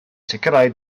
sicrhau